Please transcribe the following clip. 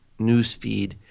newsfeed